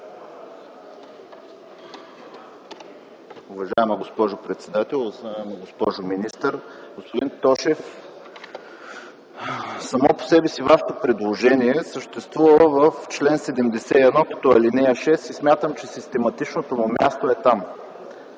Уважаема госпожо председател, госпожо министър! Господин Тошев, само по себе си Вашето предложение съществува в чл. 71 като ал. 6 и смятам, че систематичното му място е там.